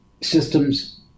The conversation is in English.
systems